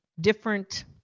different